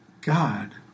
God